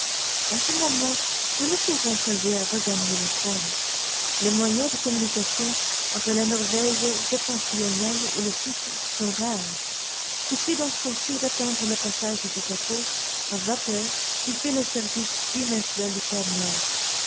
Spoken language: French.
en ce moment nous ne pouvons songer à regagner la france les moyens de communications entre la norvège septentrionale et le sud sont rares je suis donc forcé d'attendre le passage du bateau à vapeur qui fait le service bimensuel du cap nord